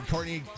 Courtney